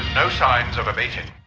no signs of abating.